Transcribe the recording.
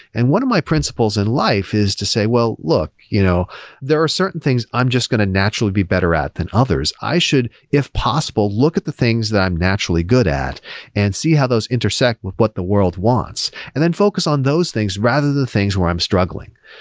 and one of my principles in life is to say, well, look. you know there are certain things i'm just going to naturally be better at than others. i should, if possible, look at the things that i'm naturally good at and see how those intersect with what the world wants, and then focus on those things rather than the things where i'm struggling.